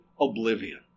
oblivion